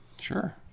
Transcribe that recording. Sure